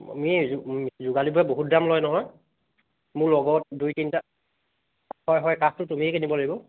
আমি যোগালীবোৰে বহুত দাম লয় নহয় মোৰ লগত দুই তিনিটা হয় হয় কাঠটো তুমিয়ে কিনিব লাগিব